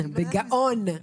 בגאון.